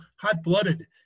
hot-blooded